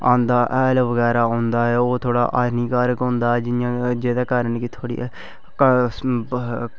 आंदा हैल बगैरा होंदा ऐ ओह् जादै हानिकारक होंदा ऐ जेह्दे कन्नै की थुहाड़ी